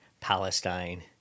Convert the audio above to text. Palestine